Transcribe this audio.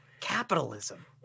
Capitalism